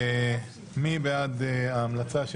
מי בעד ההמלצה?